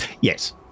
Yes